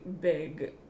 big